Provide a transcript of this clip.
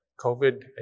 COVID